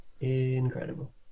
incredible